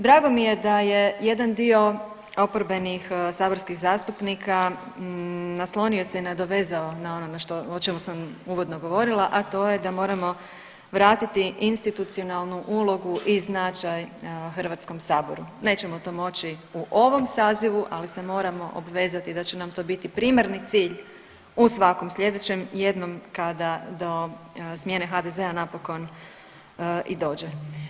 Drago mi je da je jedan dio oporbenih saborskih zastupnika naslonio se i nadovezao na ono na što, o čemu sam uvodno govorila, a to je da moramo vratiti institucionalnu ulogu i značaj HS, nećemo to moći u ovom sazivu, ali se moramo obvezati da će nam to biti primarni cilj u svakom slijedećem jednom kada do smjene HDZ-a napokon i dođe.